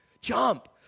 jump